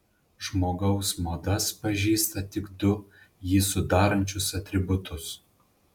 žmogaus modas pažįsta tik du jį sudarančius atributus